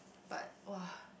but !wah!